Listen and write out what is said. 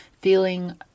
feeling